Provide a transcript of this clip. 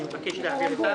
אני מבקש להעביר אותה.